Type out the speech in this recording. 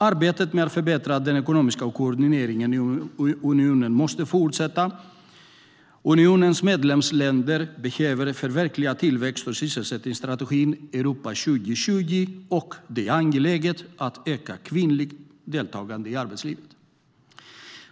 Arbetet med att förbättra den ekonomiska koordineringen i unionen måste fortsätta. Unionens medlemsländer behöver förverkliga tillväxt och sysselsättningsstrategin, Europa 2020, och det är angeläget att öka kvinnligt deltagande i arbetslivet.